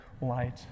light